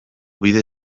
bide